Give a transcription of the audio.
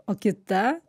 o kita